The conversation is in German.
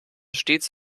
stets